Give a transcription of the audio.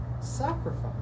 sacrifice